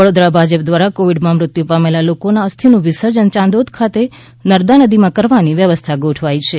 વડોદરા ભાજપ દ્વારા કોવિડમાં મૃત્યુ પામેલા લોકોના અસ્થિનું વિસર્જન યાંદોદ ખાતે નર્મદા નદીમાં કરવાની વ્યવસ્થા ગોઠવાઈ છે